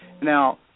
Now